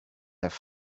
have